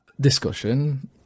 discussion